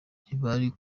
ntibari